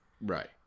right